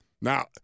Now